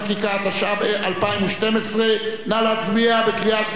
התשע"ב 2012. נא להצביע בקריאה שלישית.